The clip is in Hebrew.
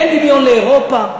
אין דמיון לאירופה,